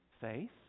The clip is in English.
faith